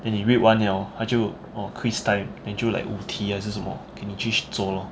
then 你 read 完了它就 oh quiz time then 就 like 五题还是什么给你去做 lor